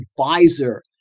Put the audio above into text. advisor